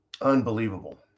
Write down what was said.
Unbelievable